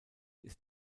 ist